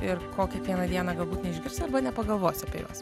ir ko kiekvieną dieną galbūt neišgirsi arba nepagalvosi apie juos